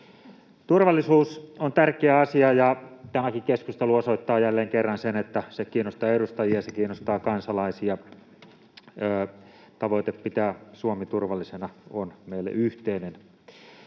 Turvallisuus on tärkeä asia, ja tämäkin keskustelu osoittaa jälleen kerran sen, että se kiinnostaa edustajia ja se kiinnostaa kansalaisia. Tavoite pitää Suomi turvallisena on meille yhteinen.